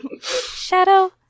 Shadow